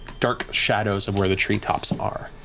dark shadows of where the treetops are.